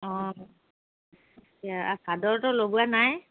অঁ এতিয়া চাদৰটো লগোৱা নাই